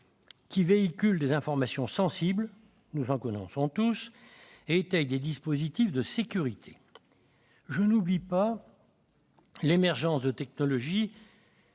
qui véhiculent des informations sensibles- nous en connaissons tous -et étayent des dispositifs de sécurité ». Je n'oublie pas l'émergence de technologies